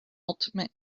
ultimate